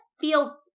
feel